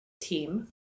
team